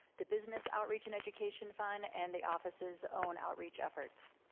the business outreach and education fund and the offices own outreach efforts.